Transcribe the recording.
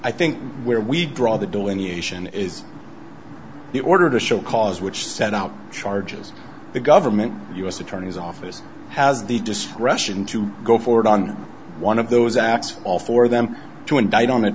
i think where we draw the delineation is the order to show cause which set out charges the government the u s attorney's office has the discretion to go forward on one of those acts all for them to indict on